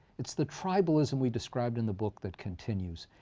it's the tribalism we described in the book that continues.